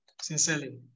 sincerely